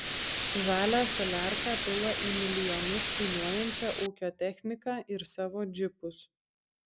žalią saliarką pila į milijonus kainuojančią ūkio techniką ir savo džipus